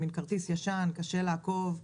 מין כרטיס ישן שקשה לעקוב,